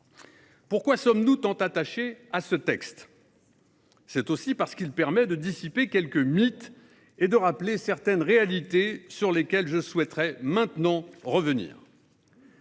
Pourquoi sommes-nous tant attachés à ce texte ? Parce qu'il permet d'abattre quelques mythes et de rappeler certaines réalités, sur lesquelles je souhaiterais maintenant revenir.